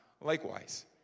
likewise